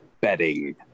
betting